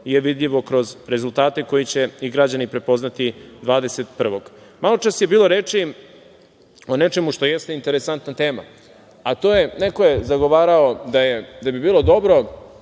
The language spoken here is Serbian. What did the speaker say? je vidljivo kroz rezultate koje će i građani prepoznati 21.Malo čas je bilo reči o nečemu što jeste interesantna tema. Neko je zagovarao da bi bilo dobro,